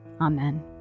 Amen